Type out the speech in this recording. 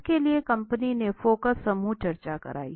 इसके लिए कंपनी ने फोकस समूह चर्चा कराई